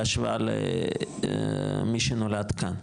בהשוואה למי שנולד כאן,